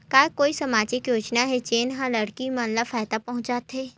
का कोई समाजिक योजना हे, जेन हा लड़की मन ला फायदा पहुंचाथे?